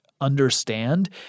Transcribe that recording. understand